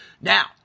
Now